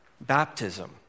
baptism